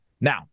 Now